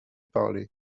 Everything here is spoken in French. parlé